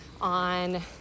on